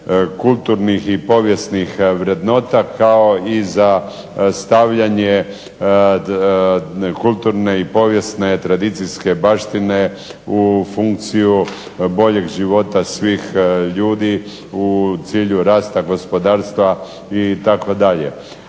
kulturnih i povijesnih vrednota, kao i za stavljanje kulturne i povijesne tradicijske baštine u funkciju boljeg života svih ljudi u cilju rasta gospodarstva itd. Malo